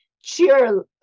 cheer